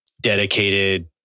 dedicated